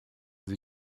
sie